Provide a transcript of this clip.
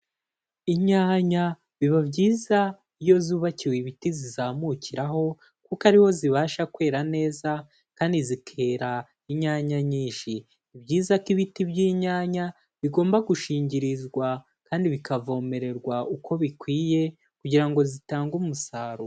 Inyanya biba byiza iyo zubakiwe ibiti zizamukiraho kuko ari ho zibasha kwera neza kandi zikera inyanya nyinshi, ni byiza ko ibiti by'inyanya bigomba gushingirizwa kandi bikavomererwa uko bikwiye kugira ngo zitange umusaruro.